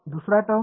दुसरा टर्म